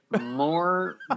more